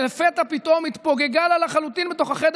שלפתע פתאום התפוגגה לה לחלוטין בתוך החדר